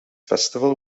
festival